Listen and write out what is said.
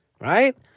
right